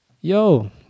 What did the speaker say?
Yo